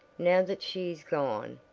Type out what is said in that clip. now that she is gone,